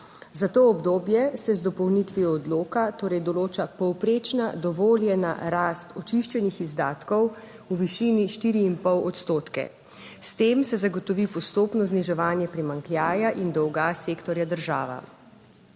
Za to obdobje se z dopolnitvijo odloka torej določa povprečna dovoljena rast očiščenih izdatkov v višini štiri in pol odstotke. S tem se zagotovi postopno zniževanje primanjkljaja in dolga sektorja država.